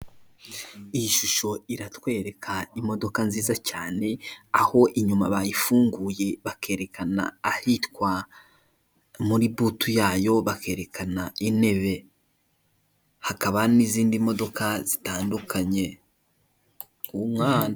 Iyi shusho iratwereka imodoka nziza cyane, aho inyuma bayifunguye bakerekana ahitwa muri butu yayo, bakerekana intebe. Hakaba n'izindi modoka zitandukanye.